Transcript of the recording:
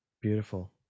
beautiful